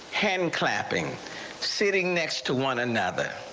hand clapping sitting next to one another.